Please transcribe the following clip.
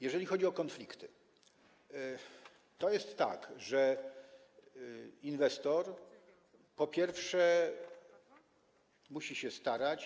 Jeżeli chodzi o konflikty, to jest tak, że inwestor, po pierwsze, musi się starać.